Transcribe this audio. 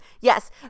Yes